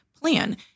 plan